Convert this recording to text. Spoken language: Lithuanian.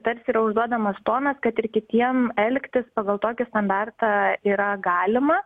tarsi yra užduodamas tonas kad ir kitiem elgtis pagal tokį standartą yra galima